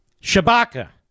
Shabaka